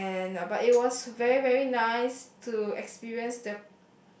and uh but it was very very nice to experience the